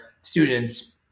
students –